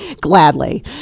Gladly